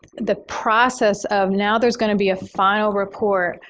the process of now there's going to be a final report.